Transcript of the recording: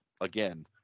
again